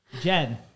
Jen